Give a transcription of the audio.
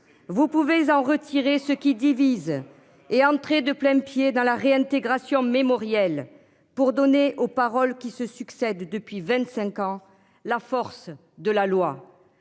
Vous pouvez en retirer ce qui divise est entré de plain-pied dans la réintégration mémorielles pour donner aux paroles qui se succèdent depuis 25 ans. La force de la loi.